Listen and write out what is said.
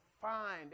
find